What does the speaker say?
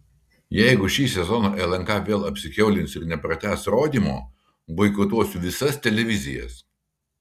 jeigu šį sezoną lnk vėl apsikiaulins ir nepratęs rodymo boikotuosiu visas televizijas